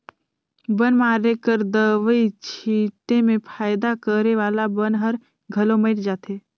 बन मारे कर दवई छीटे में फायदा करे वाला बन हर घलो मइर जाथे